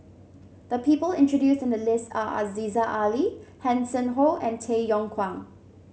the people intreduce in the list are Aziza Ali Hanson Ho and Tay Yong Kwang